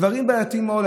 דברים בעייתיים מאוד,